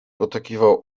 potakiwał